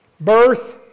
birth